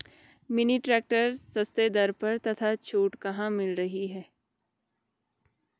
Mini tractor सस्ते दर पर तथा छूट कहाँ मिल रही है?